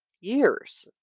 years